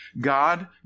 God